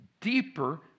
deeper